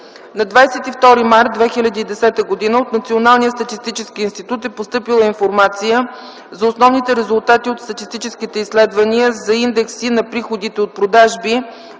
На 22 март 2010 г. от Националния статистически институт е постъпила информация за основните резултати от статистическите изследвания за индекси на приходите от продажби